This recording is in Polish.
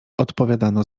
odpowiadano